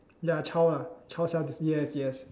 ya child ah child self dis~ yes yes